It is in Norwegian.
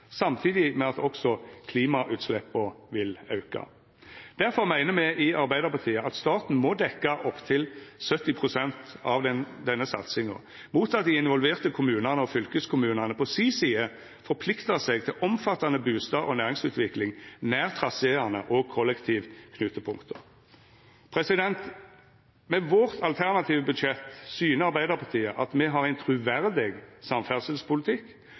samtidig med at også klimautsleppa vil auka. Derfor meiner me i Arbeidarpartiet at staten må dekkja opptil 70 pst. av denne satsinga – mot at dei involverte kommunane og fylkeskommunane på si side forpliktar seg til omfattande bustad- og næringsutvikling nær traseane og kollektivknutepunkta. Med vårt alternative budsjett syner Arbeidarpartiet at me har ein truverdig samferdselspolitikk,